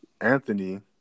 Anthony